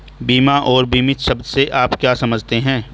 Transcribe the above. बीमा और बीमित शब्द से आप क्या समझते हैं?